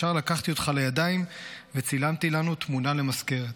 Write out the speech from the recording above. ישר לקחתי אותך לידיים וצילמתי לנו תמונה למזכרת.